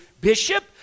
Bishop